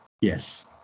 yes